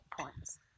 points